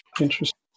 Interesting